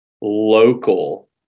local